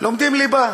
לומדים ליבה.